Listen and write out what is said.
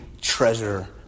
treasure